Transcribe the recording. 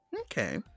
okay